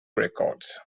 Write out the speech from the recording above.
records